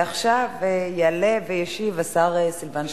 ועכשיו יעלה וישיב השר סילבן שלום,